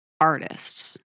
artists